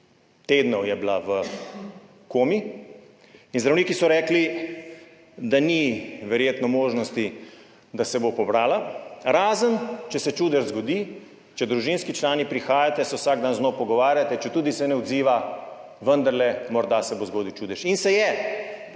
tednov je bila v komi in zdravniki so rekli, da verjetno ni možnosti, da se bo pobrala, razen če se zgodi čudež, če družinski člani prihajate, se vsak dan z njo pogovarjate, četudi se ne odziva, vendarle se bo morda zgodil čudež. In se je,